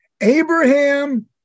Abraham